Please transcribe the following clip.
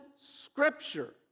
scripture